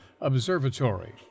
Observatory